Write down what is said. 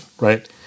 right